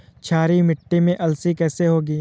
क्षारीय मिट्टी में अलसी कैसे होगी?